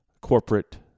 corporate